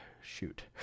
shoot